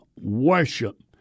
worship